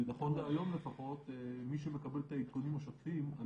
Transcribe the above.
כי נכון להיום לפחות מי שמקבל את העדכונים השוטפים על